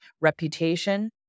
reputation